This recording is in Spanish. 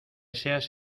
seas